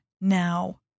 now